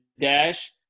dash